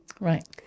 Right